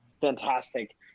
fantastic